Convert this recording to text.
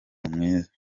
mwiza